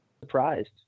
surprised